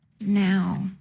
now